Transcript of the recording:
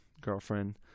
girlfriend